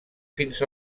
fins